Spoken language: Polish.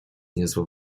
niezłe